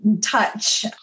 touch